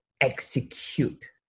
execute